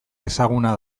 ezaguna